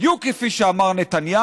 בדיוק כפי שאמר נתניהו,